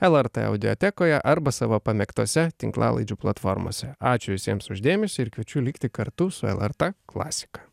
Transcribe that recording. lrt audiotekoje arba savo pamėgtose tinklalaidžių platformose ačiū visiems už dėmesį ir kviečiu likti kartu su lrt klasika